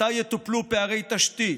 מתי יטופלו פערי תשתית,